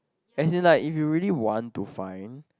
as in like if you really want to find